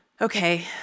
Okay